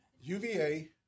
UVA